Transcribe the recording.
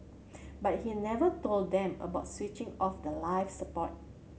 but he never told them about switching off the life support